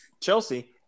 Chelsea